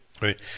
Right